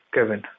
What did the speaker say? Kevin